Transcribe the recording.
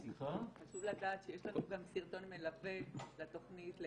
חשוב לדעת שיש לנו גם סרטון מלווה לתוכנית.